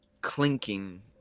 clinking